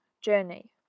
journey